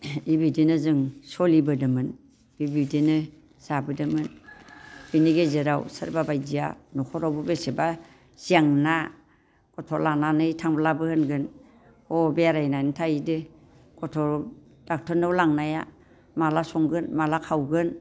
बेबायदिनो जों सोलिबोदोंमोन बेबायदिनो जाबोदोंमोन बेनि गेजेराव सोरबा बायदिया न'खरावबो बेसेबा जेंना गथ' लानानै थांब्लाबो होनगोन बबाव बेरायनानै थाहैदों गथ' डक्ट'रनाव लांनाया माला संगोन माला खावगोन